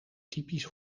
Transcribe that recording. typisch